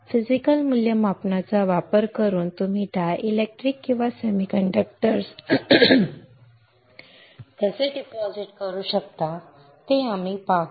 physical मूल्यमापनाचा वापर करून तुम्ही डायलेक्ट्रिक्स किंवा सेमीकंडक्टर्स कसे डिपॉझिट करू शकता ते आम्ही पाहू